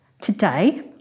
today